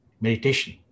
meditation